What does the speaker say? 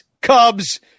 Cubs